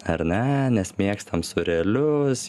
ar ne nes mėgstam sūrelius